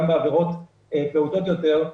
גם בעבירות פעוטות יותר,